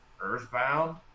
Earthbound